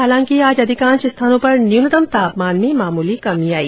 हालांकि आज अधिकांश स्थानों पर न्यूनतम तापमान में मामूली कमी आई